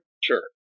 Sure